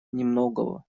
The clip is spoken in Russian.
немногого